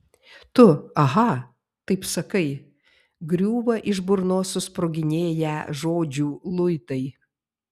tu aha taip sakai griūva iš burnos susproginėję žodžių luitai